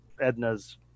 edna's